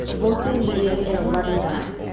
both believing in a loving god.